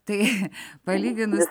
tai palyginus